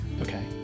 Okay